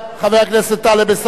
חבר הכנסת טלב אלסאנע,